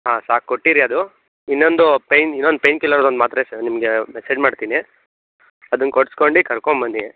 ಹಾಂ ಸಾಕು ಕೊಟ್ಟಿರಿ ಅದು ಇನ್ನೊಂದು ಪೇಯ್ನ್ ಇನ್ನೊಂದು ಪೇಯ್ನ್ ಕಿಲ್ಲರ್ದೊಂದು ಮಾತ್ರೆ ಸಹ ನಿಮಗೆ ಮೆಸೇಜ್ ಮಾಡ್ತೀನಿ ಅದನ್ನ ಕೊಡ್ಸ್ಕೊಂಡು ಕರ್ಕೊಂಡ್ಬನ್ನಿ